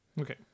Okay